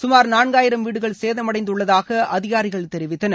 சுமார் நான்காயிரம் வீடுகள் சேதமடைந்துள்ளதாக அதிகாரிகள் தெரிவித்தனர்